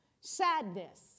sadness